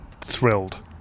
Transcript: thrilled